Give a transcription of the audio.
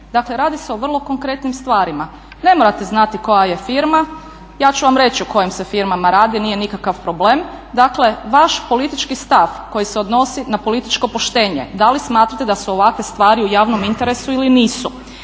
Dakle radi se o vrlo konkretnim stvarima. Ne morate znate koja je firma, ja ću vam reći o kojim se firmama radi, nije nikakav problem, dakle vaš politički stav koji se odnosi na političko poštenje, da li smatrate da si ovakve stvari u javnom interesu ili nisu?